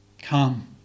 Come